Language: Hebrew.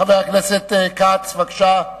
חבר הכנסת כץ, בבקשה,